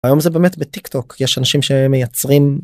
היום זה באמת בטיק טוק יש אנשים שמייצרים.